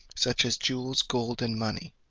such as jewels, gold, and money.